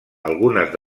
algunes